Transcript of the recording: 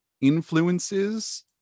influences